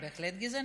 בהחלט גזעני.